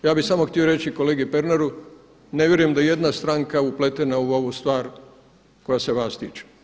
Ja bih samo htio reći kolegi Pernaru, ne vjerujem da je ijedna stranka upletena u ovu stvar koja je vas tiče.